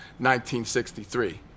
1963